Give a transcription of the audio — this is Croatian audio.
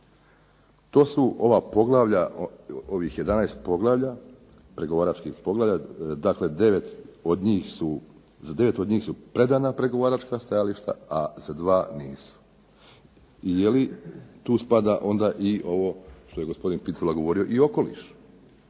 To su ovih 11 pregovaračkih poglavlja. Dakle, za 9 od njih su predana pregovaračka stajališta a za dva nisu. I je li tu spada i onda ovo što je gospodin Picula govorio i okoliš?